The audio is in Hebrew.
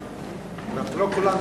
אחריו,